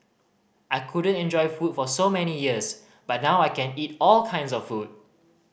I couldn't enjoy food for so many years but now I can eat all kinds of food